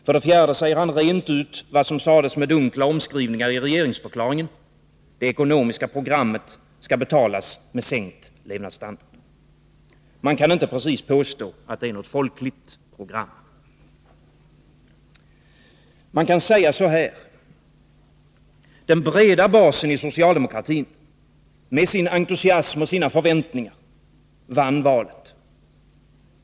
För det fjärde sade han rent ut, vad som sades med dunkla omskrivningar i regeringsförklaringen: det ekonomiska programmet skall betalas med sänkt levnadsstandard. Man kan inte precis påstå, att det är något folkligt program. Man kan säga så här: Den breda basen i socialdemokratin, med sin entusiasm och sina förväntningar, vann valet.